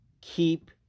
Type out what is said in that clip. keep